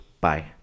Bye